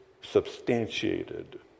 substantiated